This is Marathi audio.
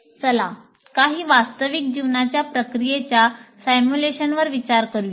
चला काही वास्तविक जीवनाच्या प्रक्रियेच्या सिम्युलेशनवर विचार करूया